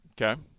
Okay